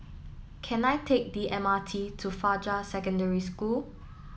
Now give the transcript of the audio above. can I take the M R T to Fajar Secondary School